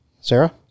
sarah